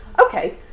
okay